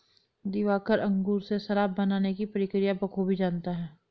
दिवाकर अंगूर से शराब बनाने की प्रक्रिया बखूबी जानता है